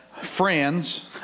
friends